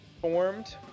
formed